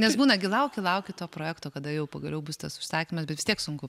nes būna gi lauki lauki to projekto kada jau pagaliau bus tas užsakymas bet vis tiek sunku